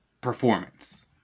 performance